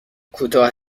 کوتاه